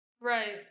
right